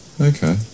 Okay